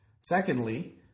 Secondly